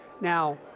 now